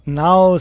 now